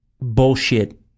bullshit